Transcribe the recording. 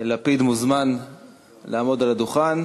יאיר לפיד, מוזמן לעמוד על הדוכן